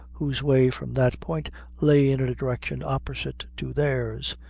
whose way from that point lay in a direction opposite to theirs.